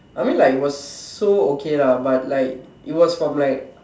I mean like it was so okay lah but like it was from like